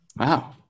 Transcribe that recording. Wow